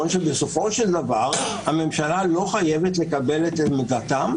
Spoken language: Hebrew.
שבסופו של דבר הממשלה לא חייבת לקבל את עמדתם,